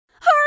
Hurry